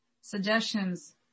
suggestions